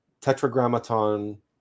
tetragrammaton